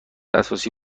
اساسی